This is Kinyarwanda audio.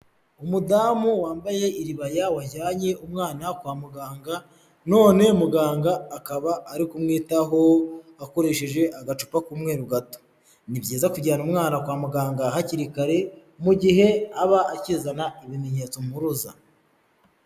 Umudamu wambaye iribaya, wajyanye umwana kwa muganga, none muganga akaba ari kumwitaho akoresheje agacupa k'umweru gato. Ni byiza kujyana umwana kwa muganga hakiri kare, mu gihe aba akizana ibimenyetso mpuruza.